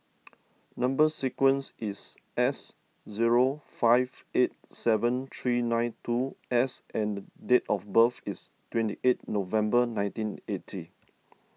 Number Sequence is S zero five eight seven three nine two S and date of birth is twenty eight November nineteen eighty